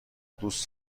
دوست